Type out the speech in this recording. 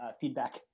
feedback